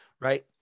right